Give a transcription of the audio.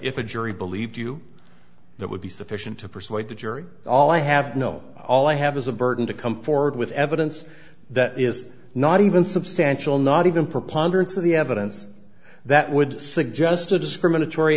if a jury believed you that would be sufficient to persuade the jury all i have no all i have is a burden to come forward with evidence that is not even substantial not even preponderance of the evidence that would suggest a discriminatory